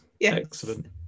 excellent